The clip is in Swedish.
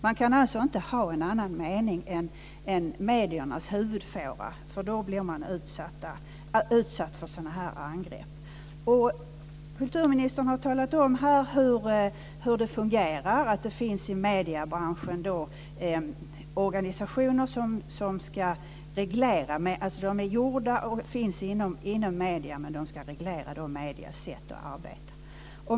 Man kan alltså inte ha en annan mening än mediernas huvudfåra. Då blir man utsatt för sådana angrepp. Kulturministern har talat om hur det fungerar. Det finns organisationer i mediebranschen som ska reglera mediernas sätt att arbeta.